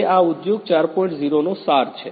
0 નો સાર છે